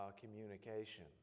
communication